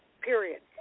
period